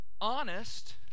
honest